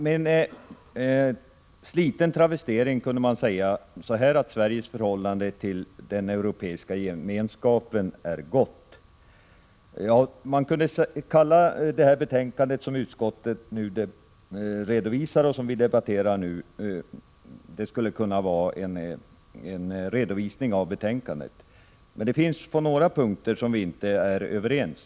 Med en sliten travestering skulle man kunna säga att Sveriges förhållande till den europeiska gemenskapen, EG, är gott. Så förenklat skulle man kunna sammanfatta det betänkande som kammaren just nu behandlar om Sveriges relationer till EG. Det finns några punkter där vi inte är överens.